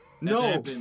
No